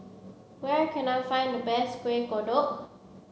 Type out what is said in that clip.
where can I find the best Kuih Kodok